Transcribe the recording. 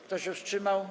Kto się wstrzymał?